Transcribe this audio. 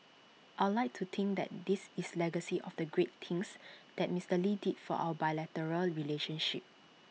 I'd like to think that this is legacy of the great things that Mister lee did for our bilateral relationship